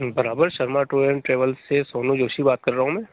बराबर Sharma tour and travels से सोनू जोशी बात कर रहा हूँ मैं